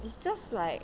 it's just like